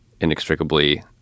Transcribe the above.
inextricably